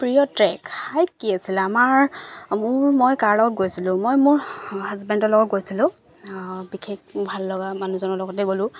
প্ৰিয় trek hike কি আছিলে আমাৰ মোৰ মই কাৰ লগত গৈছিলো মই মোৰ হাজবেণ্ডৰ লগত গৈছিলো বিশেষ ভাল লগা মানুহজনৰ লগতে গ'লো